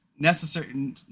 necessary